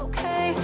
Okay